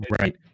right